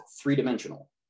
three-dimensional